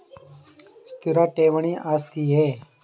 ಸ್ಥಿರ ಠೇವಣಿ ಆಸ್ತಿಯೇ?